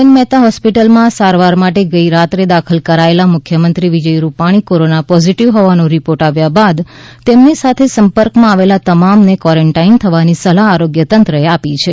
N Mehta હોસ્પિટલમાં સારવાર માટે ગઈ રાત્રે દાખલ કરાચેલા મુખ્યમંત્રી વિજય રૂપાણી કોરોના પોઝિટિવ હોવાનો રિપોર્ટ આવ્યા બાદ તેમની સાથે સંપર્કમાં આવેલા તમામને ક્વોરેંન્ટાઈન થવાની સલાહ આરોગ્ય તંત્રએ આપી છે